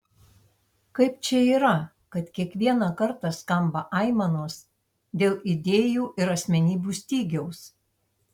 kaip čia yra kad kiekvieną kartą skamba aimanos dėl idėjų ir asmenybių stygiaus